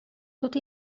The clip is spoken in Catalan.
tot